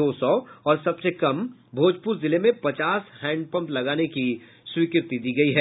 दो सौ और सबसे कम भोजपुर जिले में पचास हैंडपंप लगाने की स्वीकृति दी गयी है